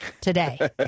today